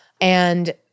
And-